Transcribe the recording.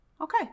Okay